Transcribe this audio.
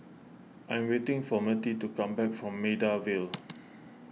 I am waiting for Mirtie to come back from Maida Vale